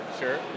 Sure